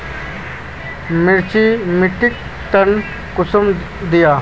मिर्चान मिट्टीक टन कुंसम दिए?